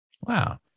Wow